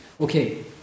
okay